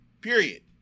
Period